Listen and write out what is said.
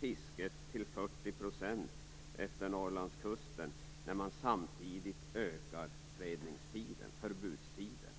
fisket till 40 % utefter Norrlandskusten när man samtidigt ökar fredningstiden, förbudstiden?